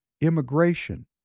immigration